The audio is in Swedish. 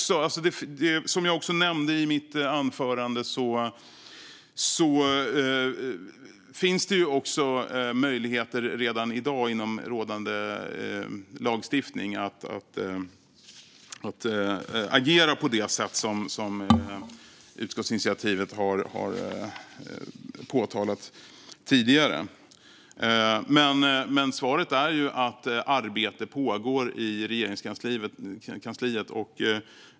Som jag nämnde i anförandet finns det redan i dag möjligheter, inom rådande lagstiftning, att agera på det sätt som utskottsinitiativet tidigare har påpekat. Svaret är att arbete pågår i Regeringskansliet.